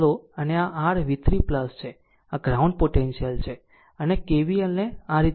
તો લો અને આ r v3 છે આ ગ્રાઉન્ડ પોટેન્શિયલ છે અને KVL ને આ રીતે લો